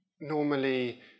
normally